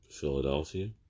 Philadelphia